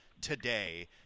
today